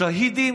השהידים